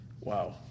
Wow